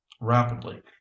rapidly